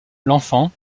l’enfant